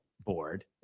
board